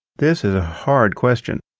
this is a hard question.